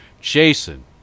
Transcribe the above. Jason